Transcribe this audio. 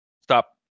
stop